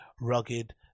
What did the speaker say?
rugged